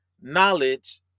knowledge